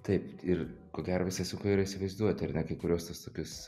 taip ir ko gero visai sunku yra įsivaizuoti ar ne kai kuriuos tuos tokius